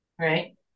Right